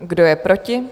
Kdo je proti?